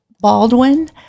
Baldwin